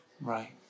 Right